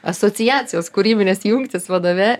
asociacijos kūrybinės jungtys vadove